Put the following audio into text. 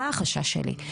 מה החשש שלי?